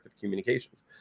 communications